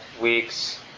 weeks